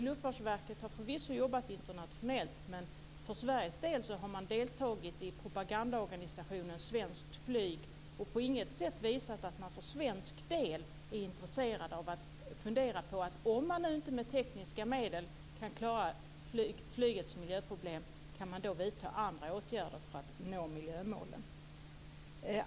Luftfartsverket har förvisso jobbat internationellt, men i Sverige har verket deltagit i propagandaorganisationen Svenskt Flyg och på inget sätt visat att man för svensk del är intresserad av att fundera på om man kan vidta andra åtgärder för att nå miljömålen om man nu inte med tekniska medel kan klara flygets miljöproblem.